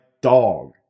dog